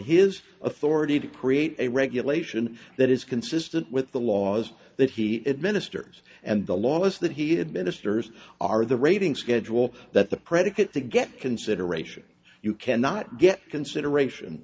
his authority to create a regulation that is consistent with the laws that he had ministers and the laws that he had ministers are the rating schedule that the predicate to get consideration you cannot get consideration